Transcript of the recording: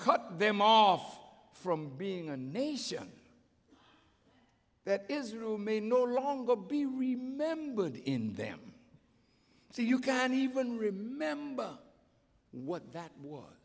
cut them off from being a nation that israel may no longer be remembered in them so you can't even remember what that was